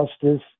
justice